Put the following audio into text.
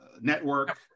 network